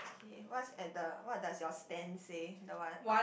okay what's at the what does your stand say the one up